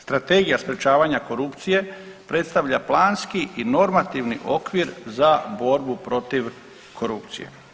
Strategija sprečavanja korupcije predstavlja planski i normativni okvir za borbu protiv korupcije.